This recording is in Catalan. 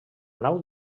nau